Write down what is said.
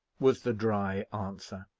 was the dry answer.